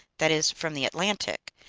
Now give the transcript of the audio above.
that is, from the atlantic,